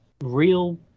real